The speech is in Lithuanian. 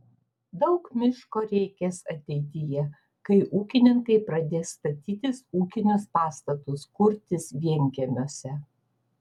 daug miško reikės ateityje kai ūkininkai pradės statytis ūkinius pastatus kurtis vienkiemiuose